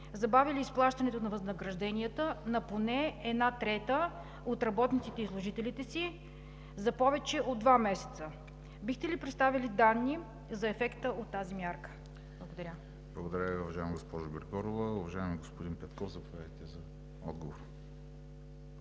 забавили изплащането на възнагражденията на поне една трета от работниците и служителите си за повече от два месеца. Бихте ли представили данни за ефекта от тази мярка? Благодаря. ПРЕДСЕДАТЕЛ ВЕСЕЛИН МАРЕШКИ: Благодаря Ви, уважаема госпожо Григорова. Уважаеми господин Петков, заповядайте за отговор.